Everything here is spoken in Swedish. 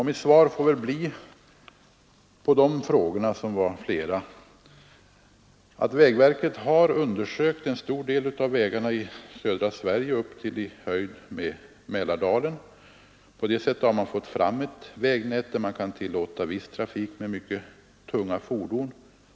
Mitt svar på de olika frågor som ställdes om detta får väl bli att vägverket har undersökt en stor del av vägarna i södra Sverige upp till i höjd med Mälardalen. På det sättet har man fått fram ett vägnät, där man kan tillåta viss trafik med mycket tunga fordon.